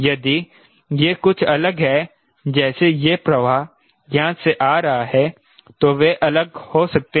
यदि यह कुछ अलग है जैसे यह प्रवाह यहाँ से आ रहा है तो वे अलग हो सकते हैं